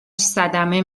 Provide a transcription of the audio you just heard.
صدمه